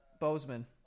Bozeman